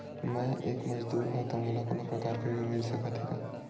मैं एक मजदूर हंव त मोला कोनो प्रकार के ऋण मिल सकत हे का?